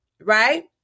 right